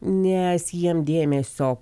nes jiem dėmesio